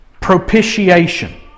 Propitiation